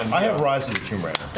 um i have rises to many